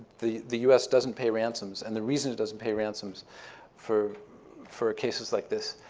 the the us doesn't pay ransoms, and the reason it doesn't pay ransoms for for cases like this,